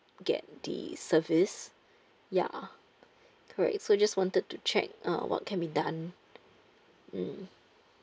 get the service ya correct so just wanted to check uh what can be done mm